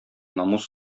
намус